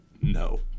No